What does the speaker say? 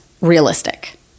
realistic